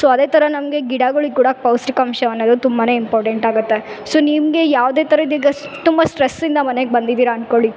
so ಅದೆ ಥರ ನಮಗೆ ಗಿಡಗಳಿಗೆ ಕೂಡ ಪೌಷ್ಠಿಕಾಂಶವನ್ನ ತುಂಬಾ ಇಂಪಾರ್ಡೆಂಟ್ ಆಗುತ್ತೆ ಸೊ ನಿಮಗೆ ಯಾವುದೆ ತರದಿಗಷ್ಟು ತುಂಬ ಸ್ಟ್ರೆಸ್ಸಿಂದ ಮನೆಗೆ ಬಂದಿದಿರ ಅನ್ಕೊಳಿ